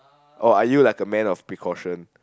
or are you like a man of precaution